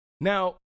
Now